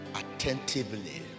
attentively